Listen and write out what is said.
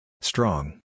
Strong